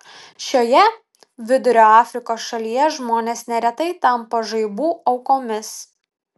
šioje vidurio afrikos šalyje žmonės neretai tampa žaibų aukomis